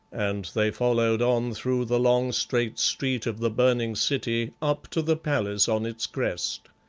and they followed on through the long straight street of the burning city, up to the palace on its crest.